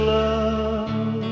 love